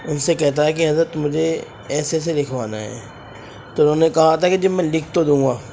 ان سے کہتا ہے کہ حضرت مجھے ایسے ایسے لکھوانا ہے تو انہوں نے کہا تھا جی میں لکھ تو دوں گا